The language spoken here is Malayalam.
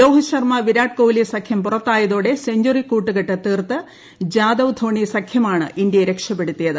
രോഹിത് ശർമ വിരാട് കോഹ്ലി സഖ്യം പുറത്തായതോടെ സെ ഞ്ചുറി കൂട്ടുകെട്ട് തീർത്ത് ജാദവ് ധോണി സഖ്യമാണ് ഇന്ത്യയെ രക്ഷപ്പെടുത്തിയത്